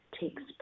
takes